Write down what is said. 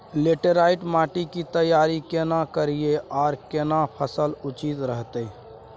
Laterite माटी की तैयारी केना करिए आर केना फसल उचित रहते?